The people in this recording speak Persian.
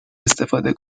استفاده